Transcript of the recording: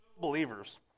Believers